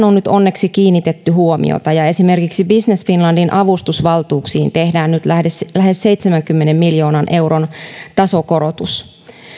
on nyt onneksi kiinnitetty huomiota ja esimerkiksi business finlandin avustusvaltuuksiin tehdään nyt lähes seitsemänkymmenen miljoonan euron tasokorotus